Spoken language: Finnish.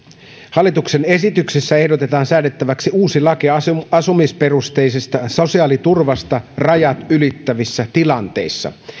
hallituksen esityksessä ehdotetaan säädettäväksi uusi laki asumisperusteisesta sosiaaliturvasta rajat ylittävissä tilanteissa